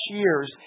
years